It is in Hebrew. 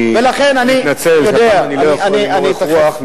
אני מתנצל שהפעם אני לא יכול עם אורך-רוח,